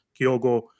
Kyogo